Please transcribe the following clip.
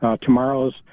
tomorrow's